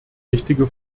richtige